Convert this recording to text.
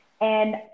And-